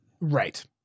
Right